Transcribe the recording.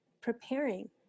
preparing